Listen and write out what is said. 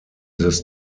this